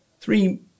three